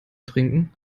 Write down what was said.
trinken